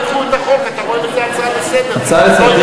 השאלה היא